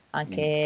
anche